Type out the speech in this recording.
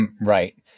Right